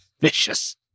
vicious